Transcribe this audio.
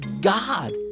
God